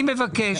אני מבקש.